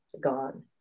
gone